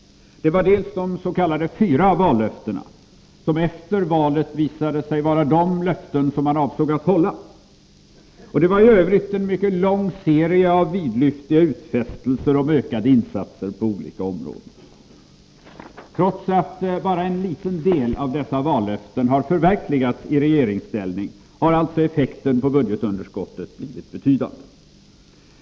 Det var först och främst de s.k. fyra vallöftena, som efter valet visade sig vara de löften som man avsåg att hålla. Det var i övrigt en mycket lång serie av vidlyftiga utfästelser om ökade insatser på olika områden. Trots att bara en liten del av dessa vallöften har förverkligats i regeringsställning har alltså effekten på budgetunderskottet blivit betydande.